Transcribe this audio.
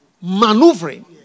maneuvering